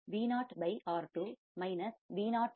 Vo R2 Vo R2